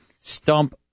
stump